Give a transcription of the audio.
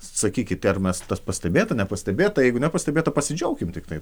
sakykite ar mes tas pastebėta nepastebėta jeigu nepastebėta pasidžiaukim tiktai